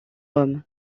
rome